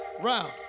round